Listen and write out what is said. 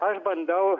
aš bandau